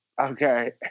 Okay